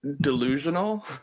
delusional